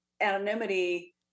anonymity